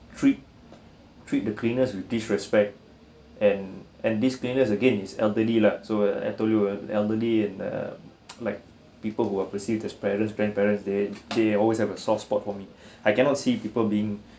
treat treat the cleaners with disrespect and and this cleaners again is elderly lah so I told you ah elderly and um like people who are perceived as parents grandparents they they always have a soft spot for me I cannot see people being